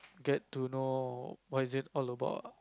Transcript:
get to know what is it all about